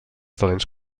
talents